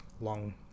long